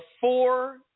four